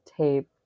tape